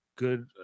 good